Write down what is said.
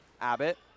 Abbott